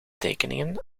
tekeningen